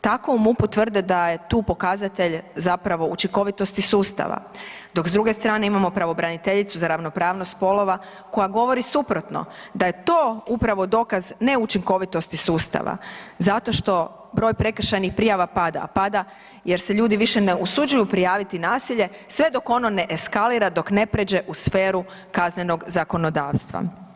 Tako u MUP-u tvrde da je tu pokazatelj zapravo učinkovitosti sustava, dok s druge strane, imamo pravobraniteljicu za ravnopravnost spolova koja govori suprotno, da je to upravo dokaz neučinkovitosti sustava zato što broj prekršajnih prijava pada, a pada jer se ljudi više ne usuđuju prijaviti nasilje sve dok ono ne eskalira, dok ne pređe u sferu kaznenog zakonodavstva.